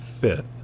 Fifth